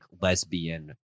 lesbian